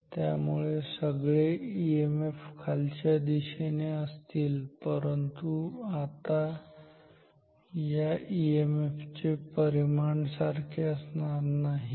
त्यामुळे सगळे ईएमएफ खालच्या दिशेने असतील परंतु आता या ईएमएफ चे परिमाण सारखी असणार नाहीत